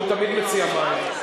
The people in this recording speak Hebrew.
הוא תמיד מציע מים.